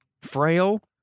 frail